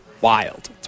Wild